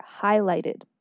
highlighted